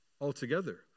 altogether